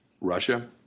Russia